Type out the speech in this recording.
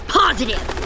positive